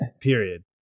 period